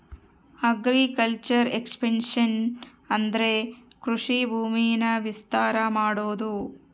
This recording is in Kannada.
ಅಗ್ರಿಕಲ್ಚರ್ ಎಕ್ಸ್ಪನ್ಷನ್ ಅಂದ್ರೆ ಕೃಷಿ ಭೂಮಿನ ವಿಸ್ತಾರ ಮಾಡೋದು